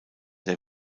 der